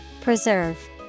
Preserve